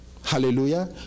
Hallelujah